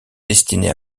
destiné